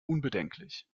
unbedenklich